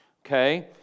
okay